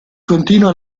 continua